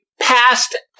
passed